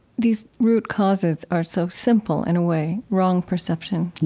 these root causes are so simple in a way wrong perception,